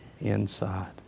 inside